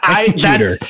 Executor